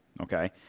Okay